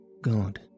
God